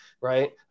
right